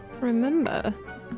remember